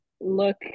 look